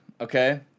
okay